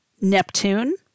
Neptune